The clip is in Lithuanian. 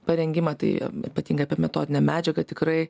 parengimą tai ypatingai apie metodinę medžiagą tikrai